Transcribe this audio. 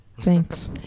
Thanks